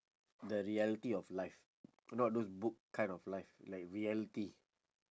the reality of life not those book kind of life like reality